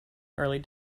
early